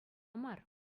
мар